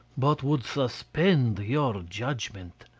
but would suspend your judgment.